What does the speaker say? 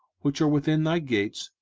which are within thy gates,